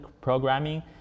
programming